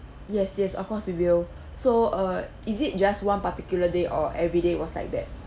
yes yes of course we will so err is it just one particular day or everyday it was like that